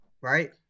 Right